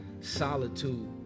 solitude